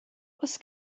oes